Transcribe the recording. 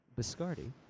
Biscardi